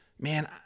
Man